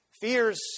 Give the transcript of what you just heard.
fears